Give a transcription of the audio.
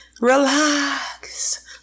relax